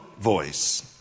voice